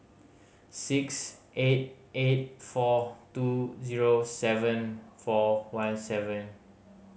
six eight eight four two zero seven four one seven